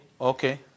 Okay